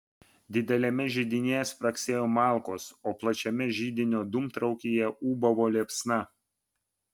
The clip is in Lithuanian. dideliame židinyje spragsėjo malkos o plačiame židinio dūmtraukyje ūbavo liepsna